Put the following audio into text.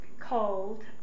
called